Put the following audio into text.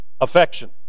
affection